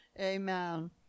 Amen